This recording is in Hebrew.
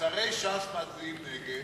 שרי ש"ס מצביעים נגד,